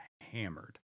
hammered